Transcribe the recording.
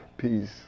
Peace